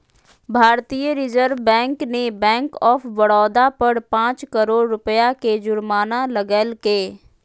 भारतीय reserve bank ने bank of Baroda पर पांच करोड़ रुपया के जुर्माना लगैलके